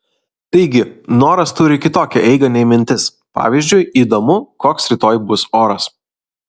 taigi noras turi kitokią eigą nei mintis pavyzdžiui įdomu koks rytoj bus oras